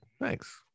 Thanks